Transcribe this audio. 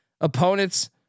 opponents